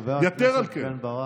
חבר הכנסת בן ברק,